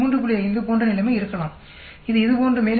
5 போன்ற நிலைமை இருக்கலாம் இது இதுபோன்று மேலே செல்கிறது